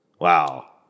wow